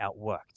outworked